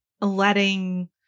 letting